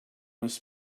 must